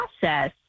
process